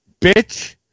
Bitch